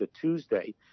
Tuesday